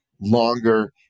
longer